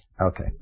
Okay